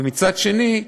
ומצד שני,